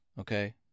okay